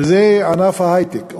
וזה ענף ההיי-טק,